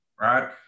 right